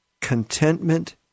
contentment